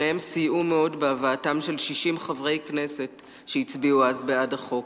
שניהם סייעו מאוד בהבאתם של 60 חברי כנסת שהצביעו אז בעד החוק.